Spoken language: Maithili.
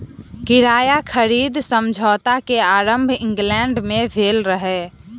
किराया खरीद समझौता के आरम्भ इंग्लैंड में भेल रहे